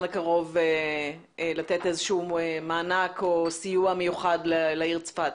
הקרוב לתת איזשהו מענק או סיוע מיוחד לעיר צפת.